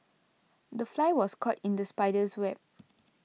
the fly was caught in the spider's web